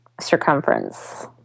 circumference